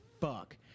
fuck